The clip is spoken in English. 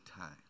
time